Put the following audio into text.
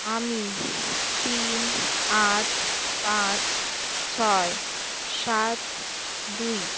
আমি তিন আট পাঁচ ছয় সাত দুই